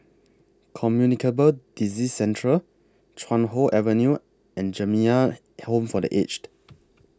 Communicable Disease Centreal Chuan Hoe Avenue and Jamiyah Home For The Aged